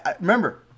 remember